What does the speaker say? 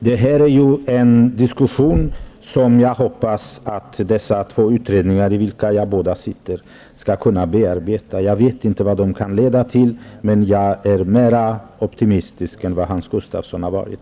Det här är emellertid en diskussion som jag hoppas att dessa två utredningar -- i vilka jag sitter -- skall ta upp. Jag vet inte vad de kommer att leda till, men jag är mera optimistisk än vad Hans Gustafsson har varit.